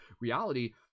reality